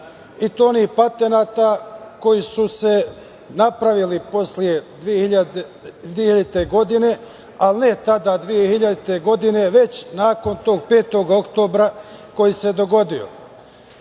i to onih patenata koji su se napravili posle 2000. godine, ali ne tada, 2000. godine, već nakon tog 5. oktobra koji se dogodio. Protesti